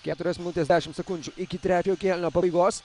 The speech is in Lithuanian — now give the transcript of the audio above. keturios minutės dešimt sekundžių iki trečio kėlinio pabaigos